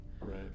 Right